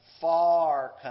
far